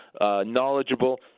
knowledgeable